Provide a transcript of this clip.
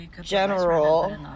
general